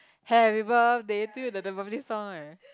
happy birthday to you the the birthday song eh